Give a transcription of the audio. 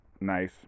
nice